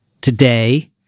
Today